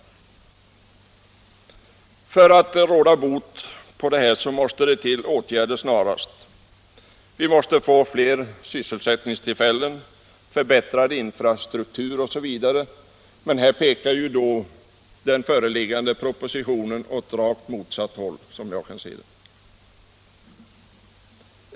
sysselsättnings och För att råda bot på detta måste åtgärder till snarast! Vi måste få fler — regionalpolitik sysselsättningstillfällen, förbättrad infrastruktur osv., men här pekar den föreliggande propositionen åt rakt motsatt håll.